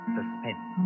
Suspense